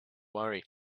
worry